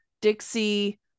Dixie